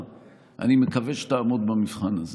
הלאומי בממשלה הזו לא יוכלו להתחמק מההחמצה הגדולה שלפנינו.